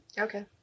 Okay